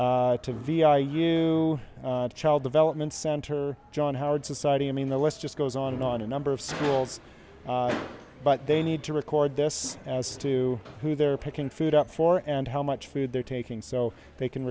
to vi you child development center john howard society i mean the list just goes on and on a number of schools but they need to record this as to who they're picking food up for and how much food they're taking so they can